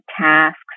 tasks